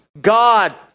God